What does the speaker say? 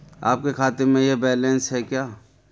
आपके खाते में यह बैलेंस है क्या?